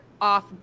off